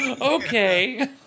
Okay